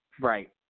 right